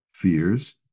fears